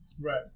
Right